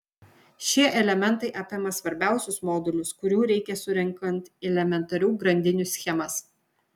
šie elementai apima svarbiausius modulius kurių reikia surenkant elementarių grandinių schemas